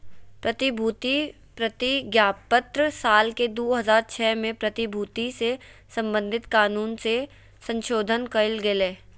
प्रतिभूति प्रतिज्ञापत्र साल के दू हज़ार छह में प्रतिभूति से संबधित कानून मे संशोधन कयल गेलय